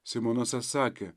simonas atsakė